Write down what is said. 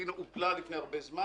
ההצעה שלי הופלה לפני זמן רב.